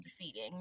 defeating